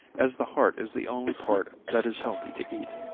as the heart is the only part that is healthy to eat.